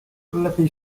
lepiej